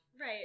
right